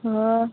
હ